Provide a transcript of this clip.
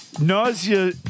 Nausea